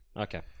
Okay